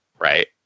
Right